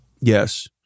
Yes